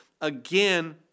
again